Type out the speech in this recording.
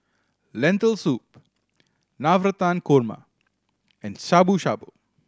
Lentil Soup Navratan Korma and Shabu Shabu